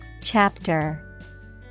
Chapter